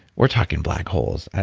we're talking black holes. i